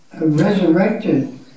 resurrected